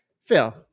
Phil